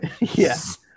Yes